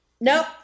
nope